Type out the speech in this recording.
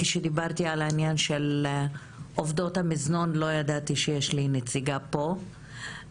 כשדיברתי על עניין עובדות המזנון לא ידעתי שיש לי פה נציגה בוועדה,